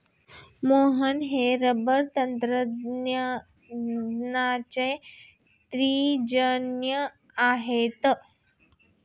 मोहन हे रबर तंत्रज्ञानाचे तज्ज्ञ आहेत